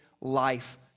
life